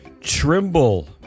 Trimble